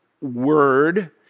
word